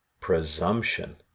presumption